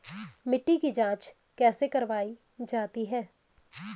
मिट्टी की जाँच कैसे करवायी जाती है?